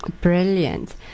Brilliant